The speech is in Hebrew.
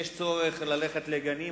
יש צורך ללכת לגנים,